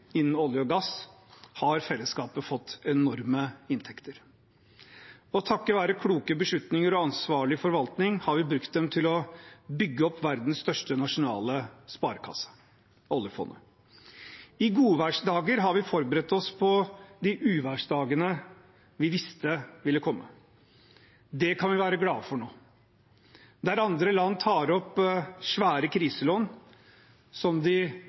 innen olje og gass, har fellesskapet fått enorme inntekter. Og takket være kloke beslutninger og ansvarlig forvaltning har vi brukt dem til å bygge opp verdens største nasjonale sparekasse – oljefondet. I godværsdager har vi forberedt oss på de uværsdagene vi visste ville komme. Det kan vi være glade for nå. Der andre land tar opp svære kriselån, som de